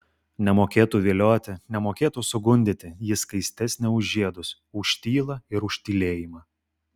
nemokėtų vilioti nemokėtų sugundyti ji skaistesnė už žiedus už tylą ir už tylėjimą